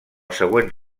següent